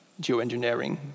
geoengineering